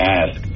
ask